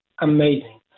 amazing